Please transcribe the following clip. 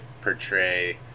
portray